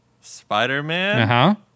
Spider-Man